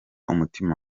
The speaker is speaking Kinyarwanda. umutima